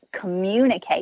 communicate